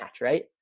right